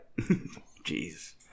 Jeez